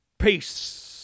Peace